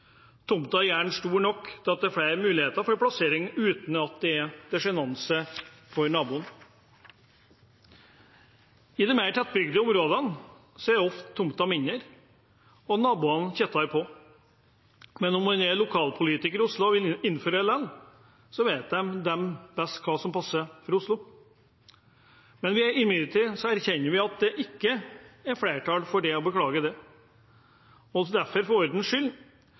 er gjerne stor nok til at det er flere muligheter for plassering uten at det er til sjenanse for naboen. I de mer tettbygde områdene er ofte tomtene mindre og naboene tettere på. Men om man er lokalpolitiker i Oslo og vil innføre dette likevel, vet de best hva som passer for Oslo. Imidlertid erkjenner vi at det ikke er flertall for det, og vi beklager det. For ordens skyld